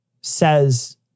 says